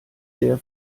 sehr